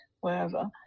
wherever